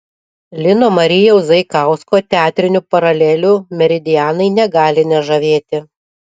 lino marijaus zaikausko teatrinių paralelių meridianai negali nežavėti